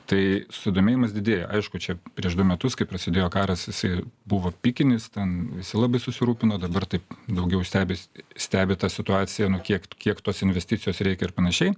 tai sudomėjimas didėja aišku čia prieš du metus kai prasidėjo karas visi buvo pikinis ten visi labai susirūpino dabar taip daugiau stebis stebi tą situaciją nu kiek kiek tos investicijos reikia ir panašiai